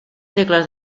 segles